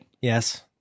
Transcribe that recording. Yes